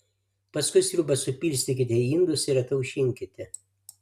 paskui sriubą supilstykite į indus ir ataušinkite